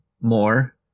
more